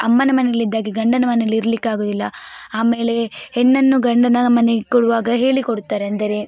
ಅಮ್ಮನ ಮನೆಯಲ್ಲಿದ್ದಾಗೆ ಗಂಡನ ಮನೆಯಲ್ಲಿ ಇರ್ಲಿಕ್ಕಾಗೋದಿಲ್ಲ ಆಮೇಲೆ ಹೆಣ್ಣನ್ನು ಗಂಡನ ಮನೆಗೆ ಕೊಡುವಾಗ ಹೇಳಿ ಕೊಡ್ತಾರೆ ಅಂದರೆ